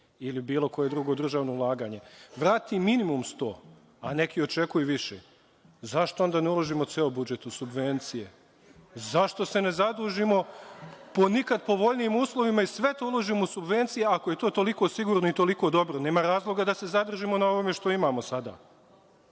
ili bilo koje državno ulaganje vrati minimum 100, a neki očekuju više, zašto onda ne uložimo ceo budžet u subvencije, zašto se ne zadužimo po nikad povoljnijim uslovima i sve to uložimo u subvencije ako je to toliko sigurno i toliko dobro? Nema razloga da se zadržimo na ovome što imamo sada.